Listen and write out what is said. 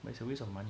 macam waste of money